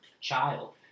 child